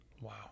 Wow